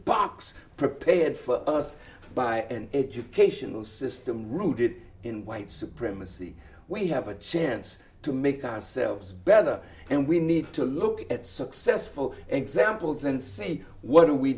box prepared for us by an educational system rooted in white supremacy we have a chance to make ourselves better and we need to look at successful examples and say what are we